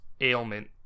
ailment